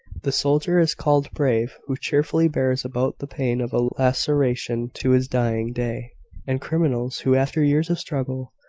the soldier is called brave who cheerfully bears about the pain of a laceration to his dying day and criminals, who, after years of struggle,